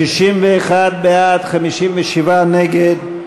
61 בעד, 57 נגד.